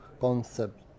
concept